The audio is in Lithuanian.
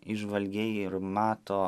įžvalgiai ir mato